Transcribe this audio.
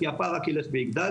כי הפער רק ילך ויגדל.